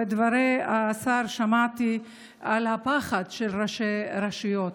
בדברי השר שמעתי על הפחד של ראשי רשויות.